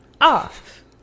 off